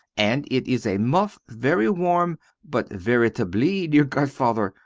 and it is a muff very warm but veritably, dear godfather,